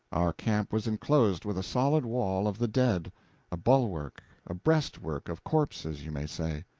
our camp was enclosed with a solid wall of the dead a bulwark, a breastwork, of corpses, you may say.